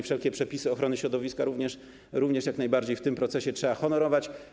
Wszelkie przepisy ochrony środowiska również jak najbardziej w tym procesie trzeba honorować.